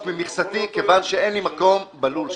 ממכסתי כיוון שאין לי מקום בלול שלי.